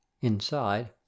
inside